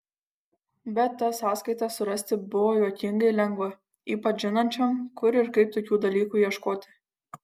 bet tas sąskaitas surasti buvo juokingai lengva ypač žinančiam kur ir kaip tokių dalykų ieškoti